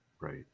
Right